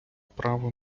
право